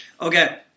okay